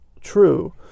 true